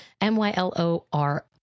M-Y-L-O-R